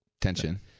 tension